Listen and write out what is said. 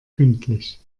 pünktlich